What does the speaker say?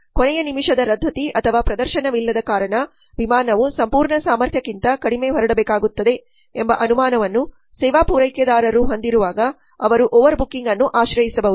ಕೊನೆಯ ನಿಮಿಷದ ರದ್ದತಿ ಅಥವಾ ಪ್ರದರ್ಶನವಿಲ್ಲದ ಕಾರಣ ವಿಮಾನವು ಸಂಪೂರ್ಣ ಸಾಮರ್ಥ್ಯಕ್ಕಿಂತ ಕಡಿಮೆ ಹೊರಡಬೇಕಾಗುತ್ತದೆ ಎಂಬ ಅನುಮಾನವನ್ನು ಸೇವಾ ಪೂರೈಕೆದಾರರು ಹೊಂದಿರುವಾಗ ಅವರು ಓವರ್ಬುಕಿಂಗ್ ಅನ್ನು ಆಶ್ರಯಿಸಬಹುದು